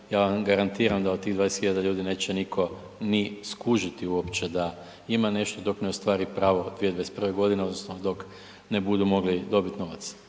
ja vam garantiram da od tih 20 hiljada ljudi neće nitko ni skužiti uopće da ima nešto, dok ne ostvari pravo 2021. g. odnosno dok ne budu mogli dobiti novac.